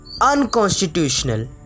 unconstitutional